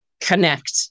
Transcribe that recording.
connect